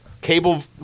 Cable